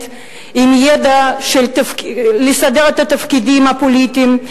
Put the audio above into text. עם ידע של לסדר את התפקידים הפוליטיים,